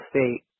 State